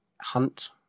hunt